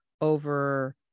over